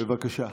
בבקשה.